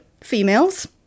females